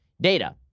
data